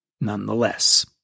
nonetheless